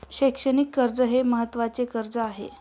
शैक्षणिक कर्ज हे महत्त्वाचे कर्ज आहे